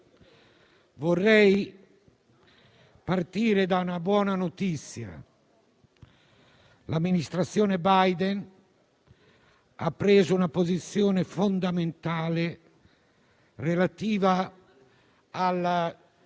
vorrei partire da una buona notizia: l'amministrazione Biden ha preso una posizione fondamentale relativa alla